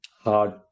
hard